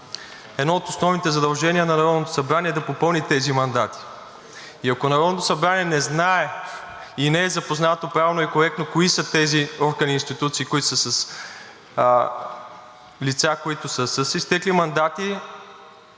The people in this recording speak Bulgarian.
Едно от основните задължения на Народното събрание е да попълни тези мандати. Ако Народното събрание не знае и не е запознато правилно и коректно кои са тези органи и институции, които са с лица с изтекли мандати,